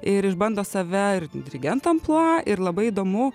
ir išbando save ir dirigento amplua ir labai įdomu